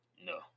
No